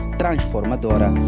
transformadora